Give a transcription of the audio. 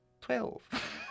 twelve